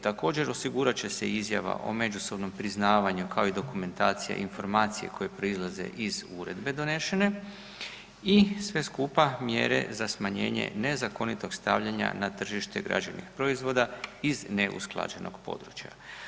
Također osigurat će se i Izjava o međusobnom priznavanju kao i dokumentacija i informacije koje proizlaze iz Uredbe donešene, i sve skupa mjere za smanjenje nezakonitog stavljanja na tržište građevnih proizvoda iz neusklađenog područja.